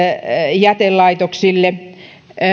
jätelaitoksille